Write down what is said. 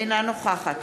אינה נוכחת